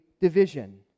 division